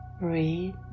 breathe